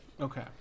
Okay